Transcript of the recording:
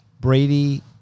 Brady